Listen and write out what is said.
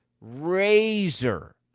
razor